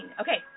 Okay